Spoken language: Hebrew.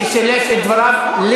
שסילף את דבריו,